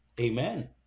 Amen